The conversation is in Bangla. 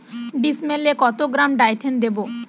ডিস্মেলে কত গ্রাম ডাইথেন দেবো?